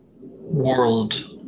world